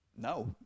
No